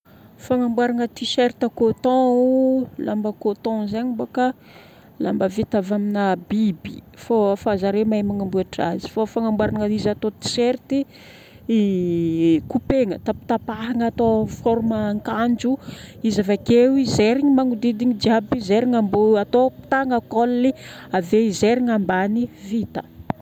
Fagnamboaragna T-shirt coton, lamba coton zagny bôka lamba vita avy amina biby. Fô fa zare mahay magnamboatra azy. Fô fagnamboaragna izy atao T-shirty, couper-na, tapatapahagna atao forme ankanjo. Izy avakeo zairigna manodidina jiaby. Zairigna ambo- atao tagna, col. Ave izy zairigna ambany, vita.